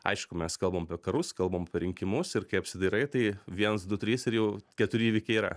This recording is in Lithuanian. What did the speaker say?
aišku mes kalbam apie karus kalbam apie rinkimus ir kai apsidairai tai viens du trys ir jau keturi įvykiai yra